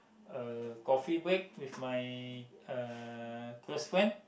a coffee break with my uh close friend